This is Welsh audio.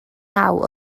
naw